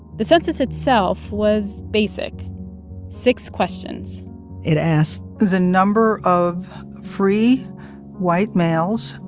the census itself was basic six questions it asked. the number of free white males,